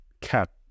cat